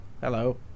Hello